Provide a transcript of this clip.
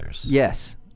Yes